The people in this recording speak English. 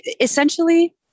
essentially